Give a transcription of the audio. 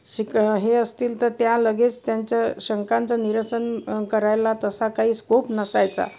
शिक हे असतील तर त्या लगेच त्यांच्य शंकांचं निरसन करायला तसा काही स्कोप नसायचा